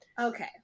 Okay